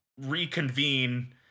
reconvene